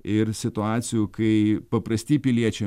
ir situacijų kai paprasti piliečiai